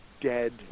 Dead